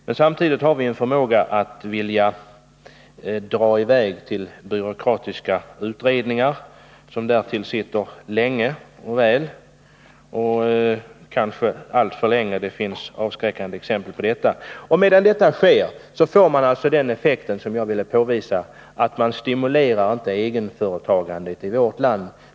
Men samtidigt har vi alltså en förmåga att vilja dra i väg frågorna till byråkratiska utredningar, som därtill sitter länge, kanske alltför länge — det finns avskräckande exempel. Medan detta sker får man alltså den effekt som jag ville påvisa, att man inte stimulerar egenföretagandet i vårt land.